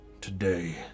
Today